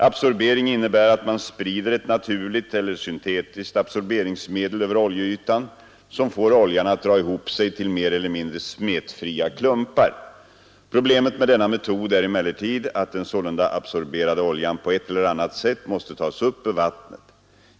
Absorbering innebär att man sprider ett naturligt eller syntetiskt absorberingsmedel över oljeytan som får oljan att dra ihop sig till mer eller mindre smetfria klumpar. Problemet med denna metod är emellertid att den sålunda absorberade oljan på ett eller annat sätt måste tas upp ur vattnet.